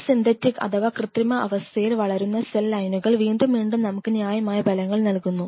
ഒരു സിന്തറ്റിക് അഥവാ കൃത്രിമ അവസ്ഥയിൽ വളരുന്ന സെൽ ലൈനുകൾ വീണ്ടും വീണ്ടും നമുക്ക് ന്യായമായ ഫലങ്ങൾ നൽകുന്നു